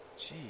Jeez